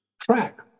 track